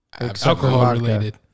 Alcohol-related